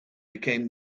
became